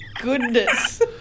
goodness